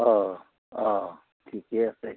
অঁ অঁ ঠিকেই আছে